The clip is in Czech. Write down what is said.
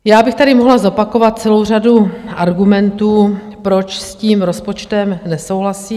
Já bych tady mohla zopakovat celou řadu argumentů, proč s tím rozpočtem nesouhlasím.